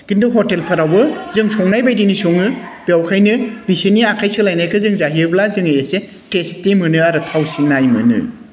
किन्तु हटेलफोरावबो जों संनायबायदिनो सङो बेखायनो बिसोरनि आखाइ सोलायनायखौ जों जायोब्ला जोङो एसे टेस्टि मोनो आरो थावसिननाय मोनो